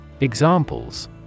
Examples